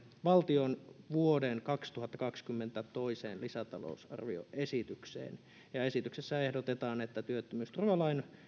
valtion vuoden kaksituhattakaksikymmentä toiseen lisätalousarvioesitykseen ja esityksessä ehdotetaan työttömyysturvalain